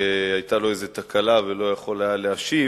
שהיתה לו איזו תקלה והוא לא יכול היה להשיב.